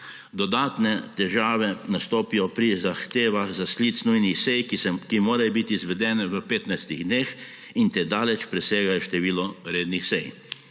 Dodatne težave nastopijo pri zahtevah za sklic nujnih sej, ki morajo biti izvedene v 15 dneh in te daleč presegajo število rednih sej.